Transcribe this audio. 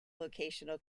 vocational